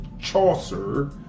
Chaucer